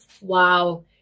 wow